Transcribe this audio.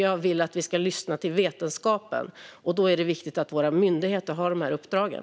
Jag vill att vi ska lyssna till vetenskapen, och då är det viktigt att våra myndigheter har de här uppdragen.